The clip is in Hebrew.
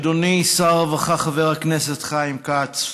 אדוני שר הרווחה, חבר הכנסת חיים כץ,